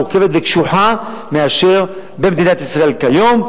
מורכבת וקשוחה מהחקיקה במדינת ישראל כיום.